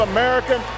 American